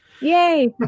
Yay